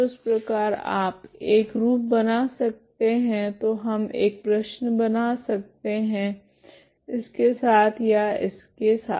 तो इस प्रकार आप एक रूप बना सकते है तो हम एक प्रश्न बना सकते है इस के साथ या इस के साथ